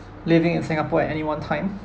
living in singapore at any one time